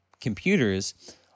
computers